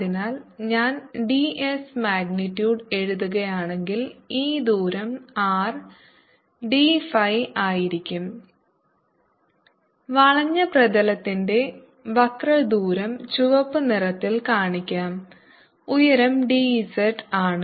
അതിനാൽ ഞാൻ ds magnitude എഴുതുകയാണെങ്കിൽ ഈ ദൂരം R d phi ആയിരിക്കും വളഞ്ഞ പ്രതലത്തിന്റെ വക്ര ദൂരം ചുവപ്പ് നിറത്തിൽ കാണിക്കാം ഉയരം d z ആണ്